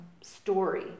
story